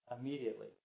immediately